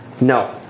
No